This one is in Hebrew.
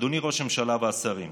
אדוני ראש הממשלה והשרים,